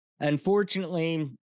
Unfortunately